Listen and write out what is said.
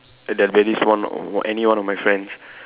there'll be at least one any one of my friends